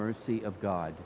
mercy of god